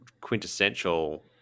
quintessential